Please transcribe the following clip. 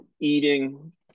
eating